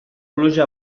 pluja